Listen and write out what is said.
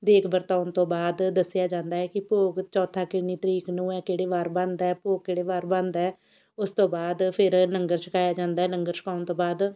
ਦੇਗ ਵਰਤਾਉਣ ਤੋਂ ਬਾਅਦ ਦੱਸਿਆ ਜਾਂਦਾ ਹੈ ਕਿ ਭੋਗ ਚੌਥਾ ਕਿੰਨੀ ਤਰੀਕ ਨੂੰ ਹੈ ਕਿਹੜੇ ਵਾਰ ਬਣਦਾ ਭੋਗ ਕਿਹੜੇ ਵਾਰ ਬਣਦਾ ਉਸ ਤੋਂ ਬਾਅਦ ਫ਼ਿਰ ਲੰਗਰ ਛਕਾਇਆ ਜਾਂਦਾ ਲੰਗਰ ਛਕਾਉਣ ਤੋਂ ਬਾਅਦ